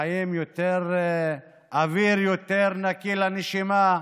אוויר יותר נקי לנשימה.